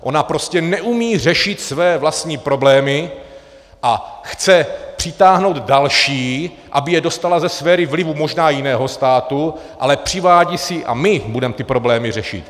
Ona prostě neumí řešit své vlastní problémy a chce přitáhnout další, aby je dostala ze sféry vlivu možná jiného státu, ale přivádí si, a my budeme ty problémy řešit.